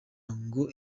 ngo